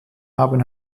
haben